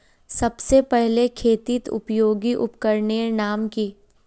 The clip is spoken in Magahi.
सबसे पहले खेतीत उपयोगी उपकरनेर नाम की?